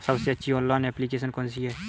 सबसे अच्छी online application कौन सी है?